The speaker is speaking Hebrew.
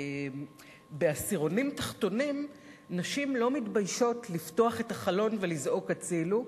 בעשירונים תחתונים נשים לא מתביישות לפתוח את החלון ולזעוק "הצילו",